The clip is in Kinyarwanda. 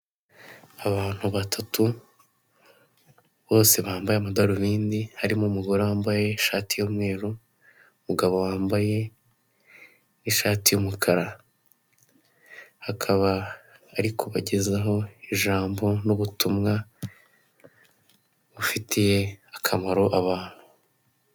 Abantu batatu bose bambaye amadarubindi harimo umugore wambaye ishati y'umweru umugabo wambaye ishati y'umukara, hakaba ari kubagezaho ijambo n'ubutumwa bufitiye akamaro abantu.